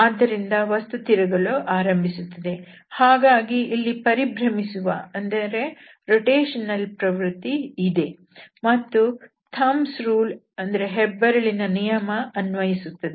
ಆದ್ದರಿಂದ ವಸ್ತು ತಿರುಗಲು ಆರಂಭಿಸುತ್ತದೆ ಹಾಗಾಗಿ ಇಲ್ಲಿ ಪರಿಭ್ರಮಿಸುವ ಪ್ರವೃತ್ತಿ ಇದೆ ಮತ್ತು ಹೆಬ್ಬೆರಳಿನ ನಿಯಮ ಅನ್ವಯಿಸುತ್ತದೆ